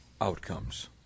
outcomes